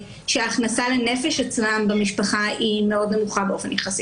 שההכנסה לנפש אצלם במשפחה היא מאוד נמוכה באופן יחסי.